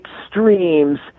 extremes